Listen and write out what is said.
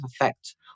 effect